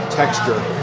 texture